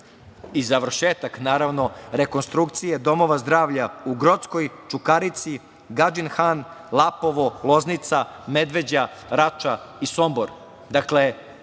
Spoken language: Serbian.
i završetak rekonstrukcije domova zdravlja u Grockoj, Čukarici, Gadžin Han, Lapovo, Loznica, Medveđa, Rača i Sombor.